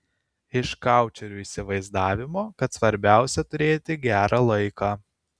iš koučerių įsivaizdavimo kad svarbiausia turėti gerą laiką